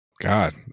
God